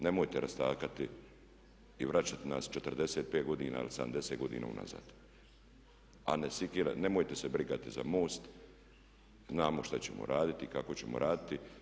Nemojte rastakati i vraćati nas 45 godina ili 70 godina unazad a nemojte se brigati za MOST, znamo šta ćemo raditi i kako ćemo raditi.